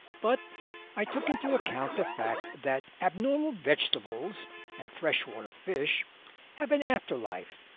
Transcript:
but i took into account the fact that abnormal vegetables and freshwater fish have an after-life,